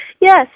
Yes